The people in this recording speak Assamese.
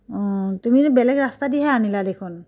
অঁ তুমিতো বেলেগ ৰাস্তাদিহে আনিলা দেখোন